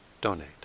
donate